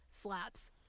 slaps